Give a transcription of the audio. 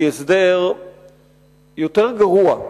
היא הסדר יותר גרוע,